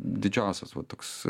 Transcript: didžiausias va toks